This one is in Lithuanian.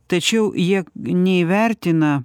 tačiau jie neįvertina